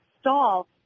stall